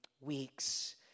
weeks